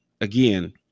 again